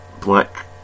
black